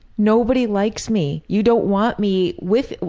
nobody likes me. you don't want me with